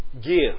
give